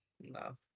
no